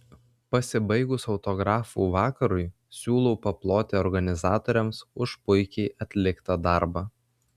pasibaigus autografų vakarui siūlau paploti organizatoriams už puikiai atliktą darbą